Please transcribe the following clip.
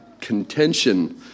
contention